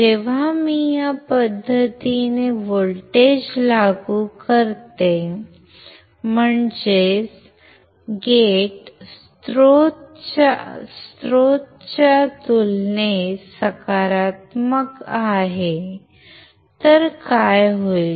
जेव्हा मी या पद्धतीने व्होल्टेज लागू करतो म्हणजेच गेट स्त्रोताच्या तुलनेत सकारात्मक आहे काय होईल